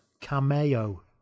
Cameo